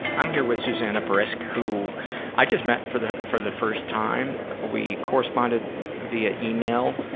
and with susanna brisk, who i just met for the for the first time. we corresponded via email.